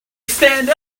stand